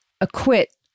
acquit